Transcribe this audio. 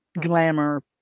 glamour